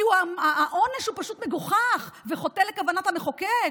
והעונש הוא פשוט מגוחך וחוטא לכוונת המחוקק.